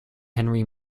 henry